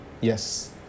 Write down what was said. Yes